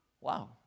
Wow